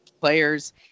players